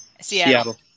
Seattle